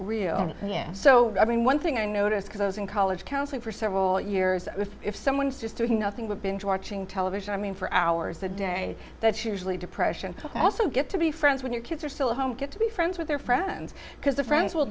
really real so i mean one thing i notice because i was in college counseling for several years if someone's just doing nothing with binge watching television i mean for hours a day that she really depression i also get to be friends when your kids are still at home get to be friends with their friends because the friends will